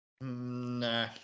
Nah